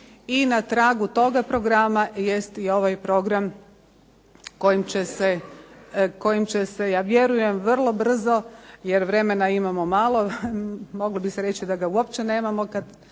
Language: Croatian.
i na tragu toga programa jest i ovaj program kojim će se ja vjerujem vrlo brzo jer vremena imamo malo, moglo bi se reći da ga uopće nemamo